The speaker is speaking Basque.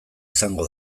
izango